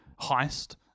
heist